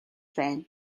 байна